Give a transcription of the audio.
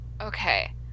Okay